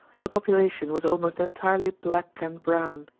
the population was almost entirely black and brown.